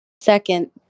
Second